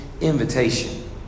invitation